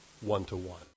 one-to-one